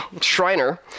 Shriner